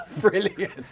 Brilliant